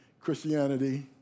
Christianity